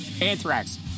Anthrax